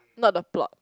not the plot